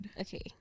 Okay